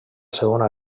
segona